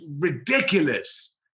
ridiculous